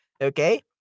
okay